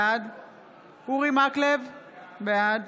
אורי מקלב, בעד